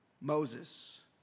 Moses